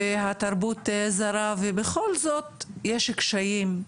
והתרבות זרה ובכל זאת יש קשיים.